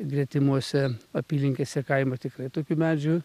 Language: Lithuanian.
gretimose apylinkėse kaimo tikrai tokių medžių